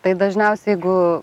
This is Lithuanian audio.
tai dažniaus jeigu